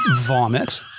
vomit